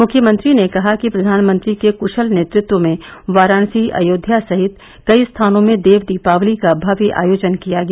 मुख्यमंत्री ने कहा कि प्रधानमंत्री के कुशल नेतृत्व में वाराणसी अयोध्या सहित कई स्थानों में देव दीपावली का भव्य आयोजन किया गया